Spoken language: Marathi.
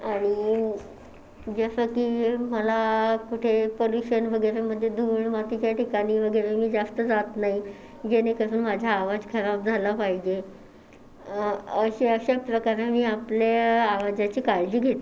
आणि जसं की मला कुठे पोल्युशन वगैरेमध्ये धूळ मातीच्या ठिकाणी वगैरे मी जास्त जात नाही जेणेकरून माझा आवाज खराब झाला पाहिजे अशा प्रकारे मी आपल्या आवाजाची काळजी घेते